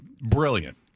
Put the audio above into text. brilliant